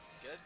Good